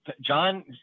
John